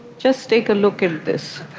just take a look at this.